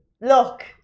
look